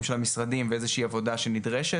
של המשרדים באיזו שהיא עבודה שנדרשת,